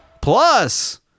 Plus